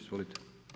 Izvolite.